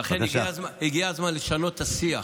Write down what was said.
ולכן הגיע הזמן לשנות את השיח.